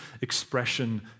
expression